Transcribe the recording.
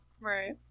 Right